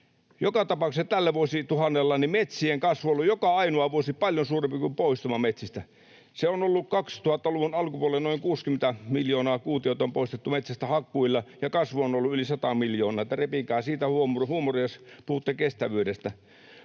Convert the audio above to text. Joka tapauksessa tällä vuosituhannella metsien kasvu on ollut joka ainoa vuosi paljon suurempi kuin poistuma metsistä. 2000-luvun alkupuolella noin 60 miljoonaa kuutiota on poistettu metsästä hakkuilla ja kasvu on ollut yli 100 miljoonaa. Että repikää siitä huumori, jos puhutte kestävyydestä.